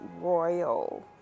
royal